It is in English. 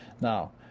Now